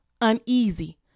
uneasy